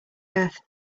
earth